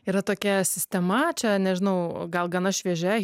yra tokia sistema čia nežinau gal gana šviežia